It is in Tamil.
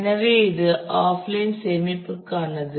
எனவே இது ஆஃப்லைன் சேமிப்பிற்கானது